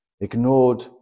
ignored